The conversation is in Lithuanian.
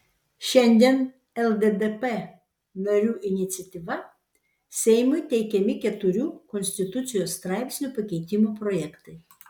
šiandien lddp narių iniciatyva seimui teikiami keturių konstitucijos straipsnių pakeitimo projektai